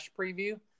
preview